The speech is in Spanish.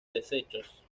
desechos